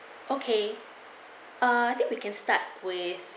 okay uh I think we can start with